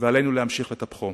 ועלינו להמשיך לטפחו.